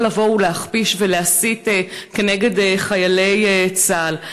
ולא לבוא להכפיש ולהסית כנגד חיילי צה"ל.